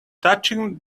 touching